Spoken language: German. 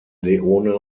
leone